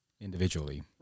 individually